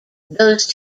those